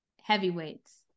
heavyweights